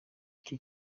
iki